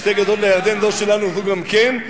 שתי גדות לירדן, זו שלנו, זו גם כן.